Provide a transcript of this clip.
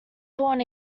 born